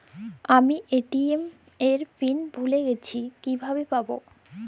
আমি এ.টি.এম এর পিন ভুলে গেছি কিভাবে পাবো?